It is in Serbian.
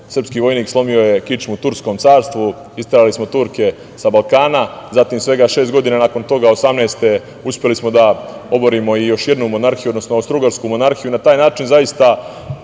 srpski vojnik slomio je kičmu turskom carstvu, isterali smo Turke sa Balkana. Zatim, svega šest godina nakon toga, 1918. godine, uspeli smo da oborimo još jednu monarhiju, Austrougarsku monarhiju. Na taj način, zaista,